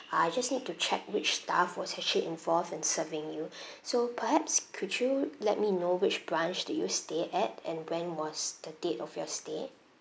I just need to check which staff was actually involved in serving you so perhaps could you let me know which branch do you stay at and when was the date of your stay